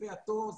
כלפי התור,